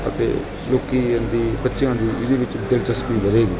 ਅਤੇ ਲੋਕ ਇਹਦੀ ਬੱਚਿਆਂ ਦੀ ਇਹਦੇ ਵਿੱਚ ਦਿਲਚਸਪੀ ਵਧੇਗੀ